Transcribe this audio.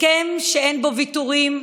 הסכם שאין בו ויתורים,